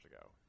ago